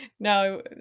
No